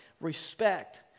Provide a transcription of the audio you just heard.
respect